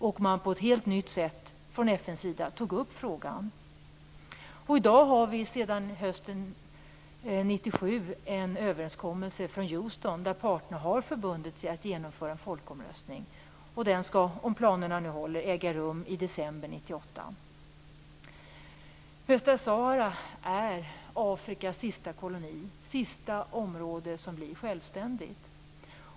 Då tog man från FN:s sida på ett helt nytt sätt upp frågan. Sedan hösten 1997 föreligger en överenskommelse från Houston där parterna har förbundit sig att genomföra en folkomröstning som, om planerna håller, skall äga rum i december 1998. Västra Sahara är Afrikas sista koloni, det sista koloniala område som blir självständigt.